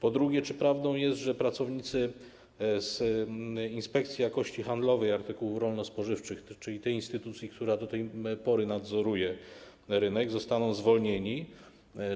Po drugie, czy prawdą jest, że pracownicy Inspekcji Jakości Handlowej Artykułów Rolno-Spożywczych, czyli tej instytucji, która do tej pory nadzoruje rynek, zostaną zwolnieni,